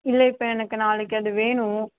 இல்லை இப்போ எனக்கு நாளைக்கு அது வேணும்